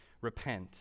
repent